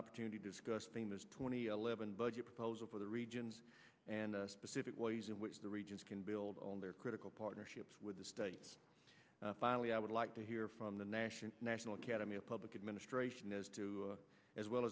opportunity to discuss famous twenty eleven budget proposal for the regions and specific ways in which the regions can build there are critical partnerships with the states finally i would like to hear from the national national academy of public administration as to as well